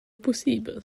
pussibel